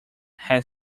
had